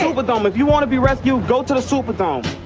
superdome. if you wanna be rescued, go to the superdome